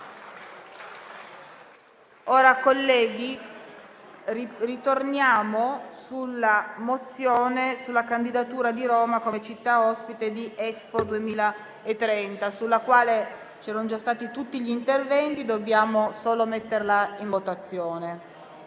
Colleghi, riprendiamo l'esame della mozione relativa alla candidatura di Roma come città ospite di Expo 2030, sulla quale c'erano già stati tutti gli interventi e che dobbiamo solo mettere in votazione.